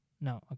No